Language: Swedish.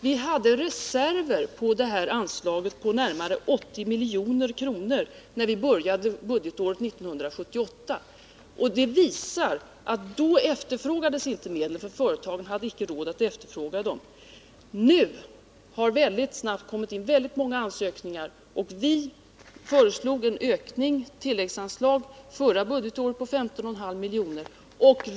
Vi hade reserver på anslaget på 80 milj.kr. när vi började budgetåret 1978/79. Det visar att då efterfrågades inte medel; företagen hade icke råd att efterfråga dem. Nu har det kommit in väldigt många ansökningar, och vi föreslog en ökning genom tilläggsanslag förra budgetåret på 15,5 milj.kr.